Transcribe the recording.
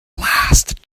last